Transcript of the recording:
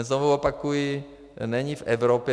Znovu opakuji, není v Evropě...